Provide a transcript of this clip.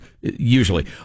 usually